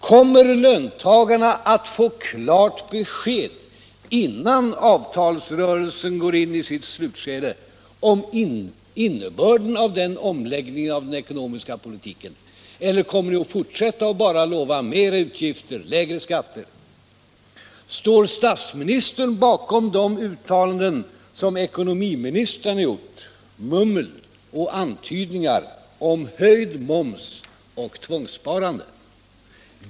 Kommer löntagarna att få klara besked, innan avtalsrörelsen går in i sitt slutskede, om innebörden av omläggningen av den ekonomiska politiken, eller kommer ni att fortsätta att bara lova mera utgifter och lägre skatter? Står statsministern bakom de uttalanden som ekonomiministern gjort — mummel och antydningar om en höjning av momsen och tvångssparande?